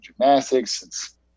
gymnastics